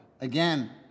again